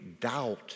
doubt